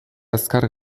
azkar